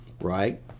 right